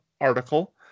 article